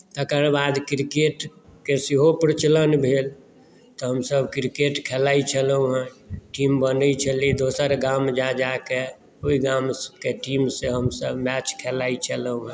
तकर बाद क्रिकेटके सेहो प्रचलन भेल तऽ हमसभ क्रिकेट खेलाइत छलहुँ हेँ टीम बनैत छलै दोसर गाम जा जा कऽ ओहि गामके टीमसँ हमसभ मैच खेलाइत छलहुँ हेँ